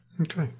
Okay